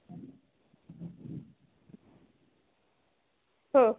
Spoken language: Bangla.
হুম